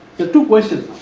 the two question